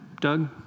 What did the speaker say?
Doug